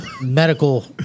medical